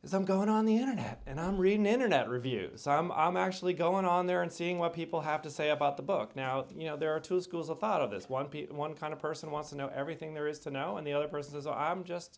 because i'm going on the internet and i'm reading internet reviews i'm actually going on there and seeing what people have to say about the book now you know there are two schools of thought of this one piece one kind of person wants to know everything there is to know and the other person is i'm just